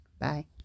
Bye